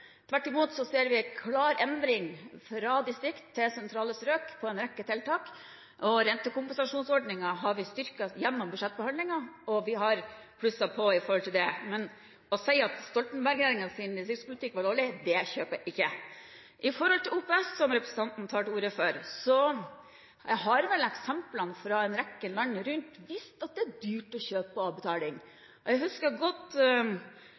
Tvert imot ser vi en klar endring fra distrikt til sentrale strøk når det gjelder en rekke tiltak. Rentekompensasjonsordningen har vi styrket gjennom budsjettbehandlingen, vi har plusset på her. Å si at Stoltenberg-regjeringens distriktspolitikk var dårlig – det kjøper jeg ikke. Når det gjelder OPS, som representanten tar til orde for, har vel eksemplene fra en rekke land vist at det er dyrt å kjøpe på avbetaling. Jeg husker godt